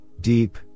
deep